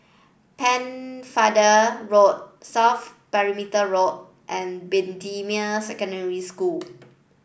Pennefather Road South Perimeter Road and Bendemeer Secondary School